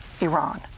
Iran